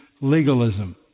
legalism